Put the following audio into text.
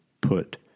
put